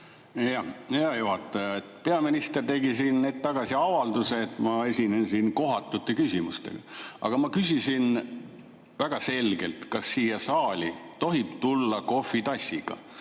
Peaminister tegi hetk tagasi avalduse, et ma esinen siin kohatute küsimustega. Aga ma küsisin väga selgelt, kas siia saali tohib tulla kohvitassiga.